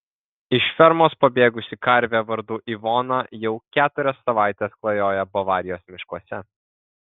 iš fermos pabėgusi karvė vardu ivona jau keturias savaites klajoja bavarijos miškuose